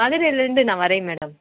மதுரையிலேருந்து நான் வரேன் மேடம்